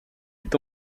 est